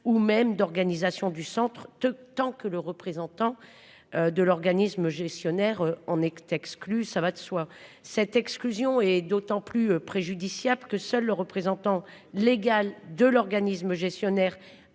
ou même d'organisation du Centre de tant que le représentant. De l'organisme gestionnaire en ect exclus, ça va de soi. Cette exclusion est d'autant plus préjudiciable que seul le représentant légal de l'organisme gestionnaire,